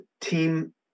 team